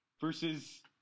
versus